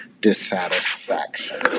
dissatisfaction